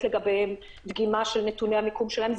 לגביהם דגימה של נתוני המיקום שלהם.